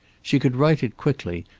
she could write it quickly,